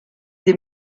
des